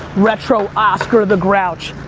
retro oscar the grouch,